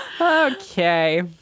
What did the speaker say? Okay